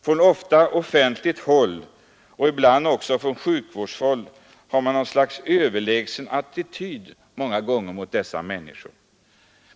Från offentligt håll — ibland också bland sjukvårdsfolk — intar man många gånger en överlägsen attityd mot dessa människor.